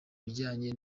bijanye